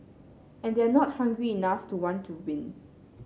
and they're not hungry enough to want to win